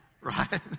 Right